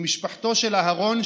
ממשפחתו של אהרון,